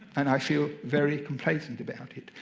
and i feel very complacent about it.